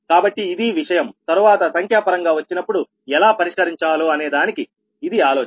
కాబట్టి ఇదీ విషయం తరువాత సంఖ్యాపరంగా వచ్చినప్పుడు ఎలా పరిష్కరించాలో అనేదానికి ఇది ఆలోచన